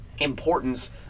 importance